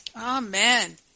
Amen